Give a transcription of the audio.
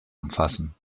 umfassen